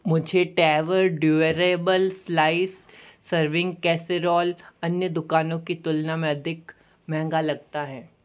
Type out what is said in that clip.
मुझे टेवर durable slice serving casserole अन्य दुकानों की तुलना में अधिक महंगा लगता है